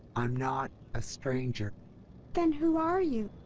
i'm not a stranger then who are you?